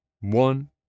one